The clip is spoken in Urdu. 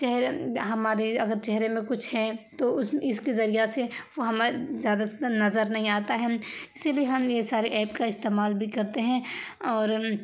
چہرے ہمارے اگر چہرے میں کچھ ہے تو اس اس کے ذریعہ سے وہ ہمارے زیادہ سے نظر نہیں آتا ہے اسی لیے ہم یہ سارے ایپ کا استعمال بھی کرتے ہیں اور